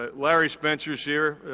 ah larry spencer's here,